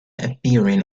appearing